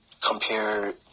compare